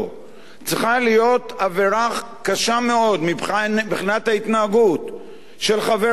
צריכה להיות עבירה קשה מאוד מבחינת ההתנהגות של חבר כנסת